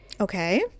Okay